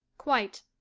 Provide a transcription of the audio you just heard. quite.